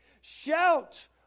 Shout